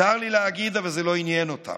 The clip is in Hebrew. צר לי להגיד, אבל זה לא עניין אותם.